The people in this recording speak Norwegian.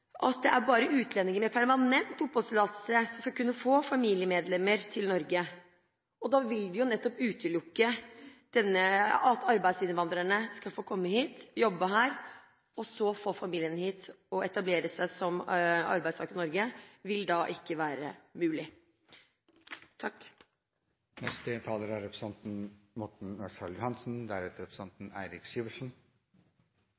at det er bare utlendinger med «permanent oppholdstillatelse» som kan få familiemedlemmer til Norge. Da vil de nettopp utelukke arbeidsinnvandrerne fra å komme hit og jobbe her, for så å få familien hit. Å etablere seg som arbeidstakere i Norge vil da ikke være mulig. Jeg er